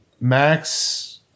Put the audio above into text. Max